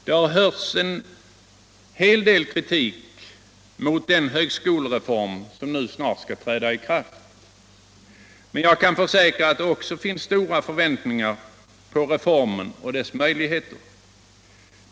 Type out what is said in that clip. Det har hörts en hel det kritik mot den högskoleretorm som nu snar skall träda i kräaft. NMen jag kan försäkra att det också finns stora förväntningar på reformen och dess möjligheter.